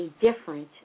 different